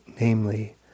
Namely